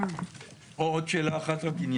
עוד שאלה אחת עניינית.